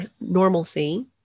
normalcy